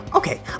Okay